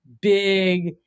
big